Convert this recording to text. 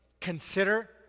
consider